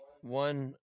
one